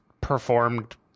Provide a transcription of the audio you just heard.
performed